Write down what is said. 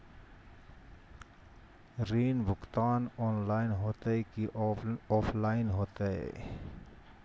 ऋण भुगतान ऑनलाइन होते की ऑफलाइन?